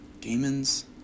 demons